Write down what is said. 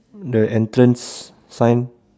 the entrance sign